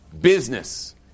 Business